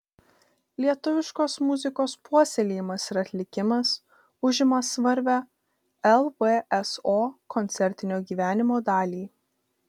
lietuviškos muzikos puoselėjimas ir atlikimas užima svarbią lvso koncertinio gyvenimo dalį